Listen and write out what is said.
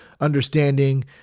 understanding